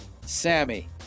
Sammy